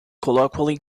colloquially